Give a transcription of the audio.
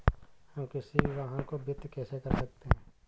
हम किसी भी वाहन को वित्त कैसे कर सकते हैं?